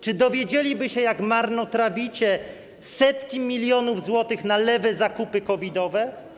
Czy dowiedzieliby się, jak marnotrawicie setki milionów złotych na lewe zakupy COVID-owe?